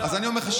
ודאי.